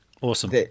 Awesome